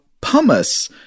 pumice